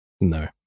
No